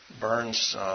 Burns